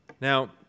Now